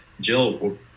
Jill